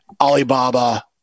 alibaba